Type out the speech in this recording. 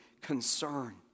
concern